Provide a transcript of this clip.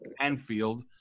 Anfield